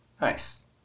Nice